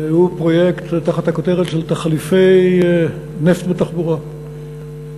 הוא פרויקט תחת הכותרת "תחליפי נפט בתחבורה".